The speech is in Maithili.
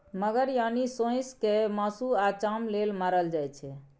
मगर यानी सोंइस केँ मासु आ चाम लेल मारल जाइ छै